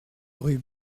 rue